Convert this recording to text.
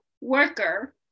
worker